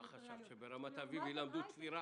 חשבת שברמת אביב ילמדו תפירה?